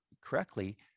correctly